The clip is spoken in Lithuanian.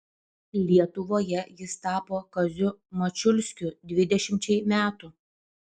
lietuvoje jis tapo kaziu mačiulskiu dvidešimčiai metų